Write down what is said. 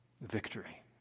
Victory